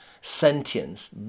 sentience